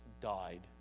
died